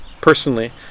personally